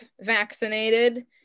vaccinated